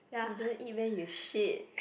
you don't eat where you shit